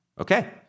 Okay